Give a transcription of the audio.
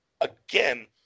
again